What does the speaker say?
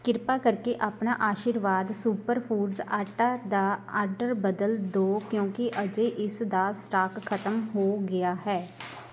ਕ੍ਰਿਪਾ ਕਰਕੇ ਆਪਣਾ ਆਸ਼ੀਰਵਾਦ ਸੁਪਰ ਫੂਡਜ਼ ਆਟਾ ਦਾ ਆਰਡਰ ਬਦਲ ਦਿਓ ਕਿਉਂਕਿ ਅਜੇ ਇਸ ਦਾ ਸਟਾਕ ਖ਼ਤਮ ਹੋ ਗਿਆ ਹੈ